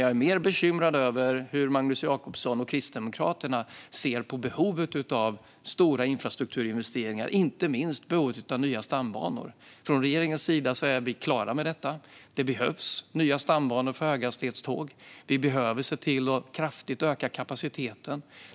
Jag är mer bekymrad över hur Magnus Jacobsson och Kristdemokraterna ser på behovet av stora infrastrukturinvesteringar och inte minst på behovet av nya stambanor. Från regeringens sida är vi klara med detta - det behövs nya stambanor för höghastighetståg. Vi behöver se till att kraftigt öka kapaciteten.